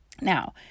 Now